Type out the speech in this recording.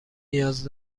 نیاز